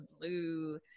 blue